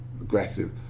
aggressive